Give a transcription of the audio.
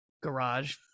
garage